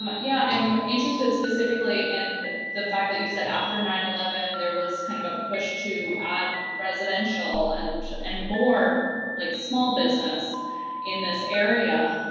um yeah, i'm interested specifically in the fact that you said after nine eleven there was kind of a push to add residential, and and more like small business in this area.